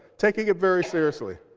taking it very seriously.